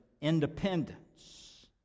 Independence